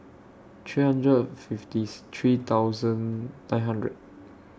three hundred fiftieth three thousand nine hundred